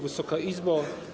Wysoka Izbo!